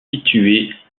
situées